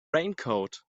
raincoat